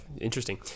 interesting